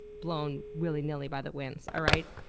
blown willy-nilly by the winds, all right?